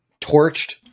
torched